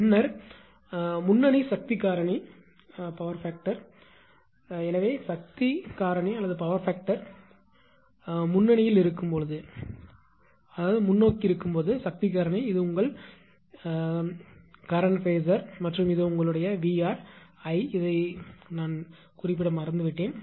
பின்னர் முன்னணி சக்தி காரணிபவர் ஃபாக்டர் வழக்கு எனவே சக்தி காரணி பவர் ஃபாக்டர் முன்னணியில் இருக்கும் போது சக்தி காரணி இது உங்கள் தற்போதைய ஃபேசர் மற்றும் இது உங்களுடைய 𝑉𝑅 I இதை குறிப்பிட மறந்துவிட்டேன்